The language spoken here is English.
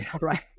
right